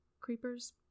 creepers